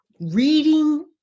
reading